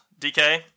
DK